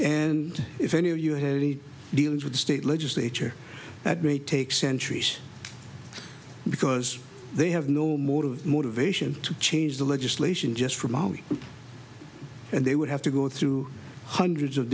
and if any of you have any dealings with the state legislature that may take centuries because they have no moral motivation to change the legislation just for money and they would have to go through hundreds of